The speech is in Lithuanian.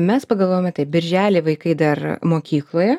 mes pagalvojome taip birželį vaikai dar mokykloje